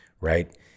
right